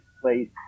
place